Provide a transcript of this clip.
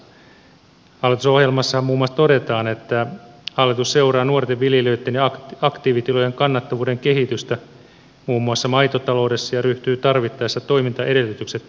hallitusohjelmassahan muun muassa todetaan että hallitus seuraa nuorten viljelijöitten ja aktiivitilojen kannattavuuden kehitystä muun muassa maitotaloudessa ja ryhtyy tarvittaessa toimintaedellytykset turvaaviin toimenpiteisiin